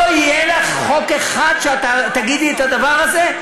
לא יהיה לך חוק אחד שאת תגידי את הדבר הזה,